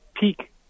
peak